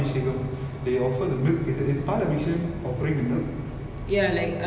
vijay யோட:yoda photo வந்து:vanthu like பெருசா:perusaa frame பன்னி அத கடவுள் மாரி வச்சு:panni atha kadavul maari vachu